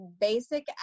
basic